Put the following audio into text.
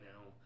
now